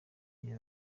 gihe